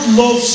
love